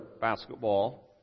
basketball